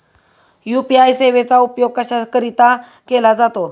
UPI सेवेचा उपयोग कशाकरीता केला जातो?